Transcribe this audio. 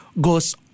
goes